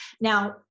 Now